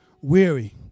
Weary